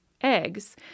Eggs